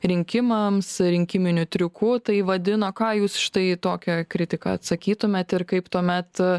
rinkimams rinkiminiu triuku tai vadino ką jūs štai į tokią kritiką atsakytumėt ir kaip tuomet